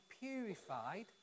purified